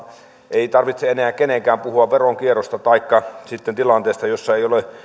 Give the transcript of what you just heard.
ei tarvitse enää kenenkään puhua veronkierrosta taikka sitten tilanteesta jossa ei